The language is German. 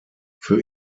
für